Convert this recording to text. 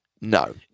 no